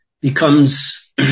becomes